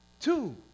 two